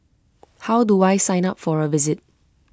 how do I sign up for A visit